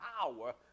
power